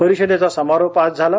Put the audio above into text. परिषदेचा समारोप आज झाला